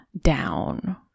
down